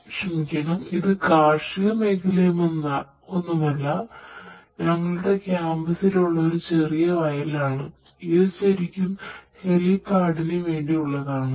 ക്ഷമിക്കണം ഇത് കാർഷിക മേഖലയൊന്നും അല്ല ഞങ്ങളുടെ ക്യാമ്പസ്സിൽ ഉള്ള ചെറിയൊരു വയലാണ് ഇത് ശരിക്കും ഹെലിപാഡിന് വേണ്ടിയുള്ളതാണ്